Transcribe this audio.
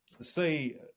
Say